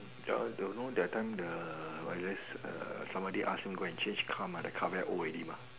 ya don't know that time the what it is err somebody ask him change car mah that car very old already